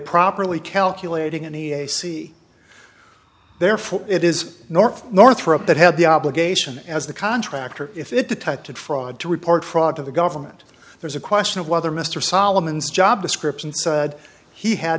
properly calculating any ac therefore it is normal northrop that had the obligation as the contractor if it detected fraud to report fraud to the government there's a question of whether mr solomon's job description said he had